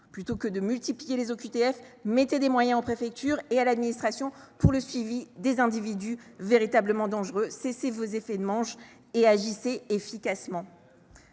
Plutôt que de multiplier les OQTF, accordez des moyens aux préfectures et à l’administration pour le suivi des individus véritablement dangereux, cessez les effets de manche et agissez efficacement